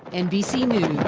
nbc news.